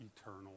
eternal